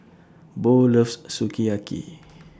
Bo loves Sukiyaki